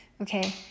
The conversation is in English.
Okay